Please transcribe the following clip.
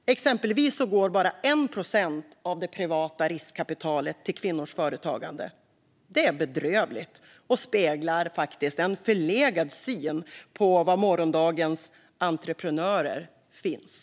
Exempelvis går bara 1 procent av det privata riskkapitalet till kvinnors företagande. Detta är bedrövligt och speglar en förlegad syn på var morgondagens entreprenörer finns.